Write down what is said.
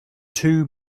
two